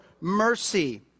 mercy